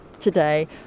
today